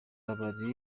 rero